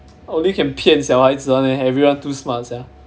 only can 骗小孩子 [one] eh everyone too smart sia